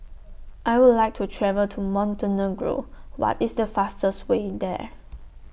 I Would like to travel to Montenegro What IS The fastest Way in There